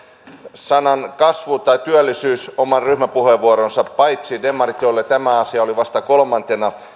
sanalla kasvu tai työllisyys oman ryhmäpuheenvuoronsa paitsi demarit joilla tämä asia oli vasta kolmantena